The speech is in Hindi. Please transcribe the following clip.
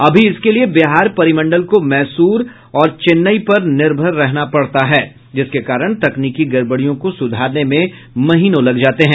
अभी इसके लिये बिहार परिमंडल को मैसूर और चेन्नई पर निर्भर रहना पड़ता है जिसके कारण तकनीकी गड़बड़ियों को सुधारने में महीनों लग जाते हैं